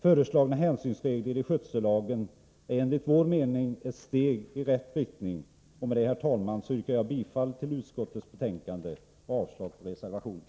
Föreslagna hänsynsregler i skötsellagen är enligt vår mening ett steg i rätt riktning. Med detta, herr talman, yrkar jag bifall till utskottets hemställan och avslag på reservationen.